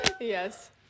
Yes